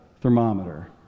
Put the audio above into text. thermometer